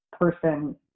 person